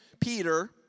Peter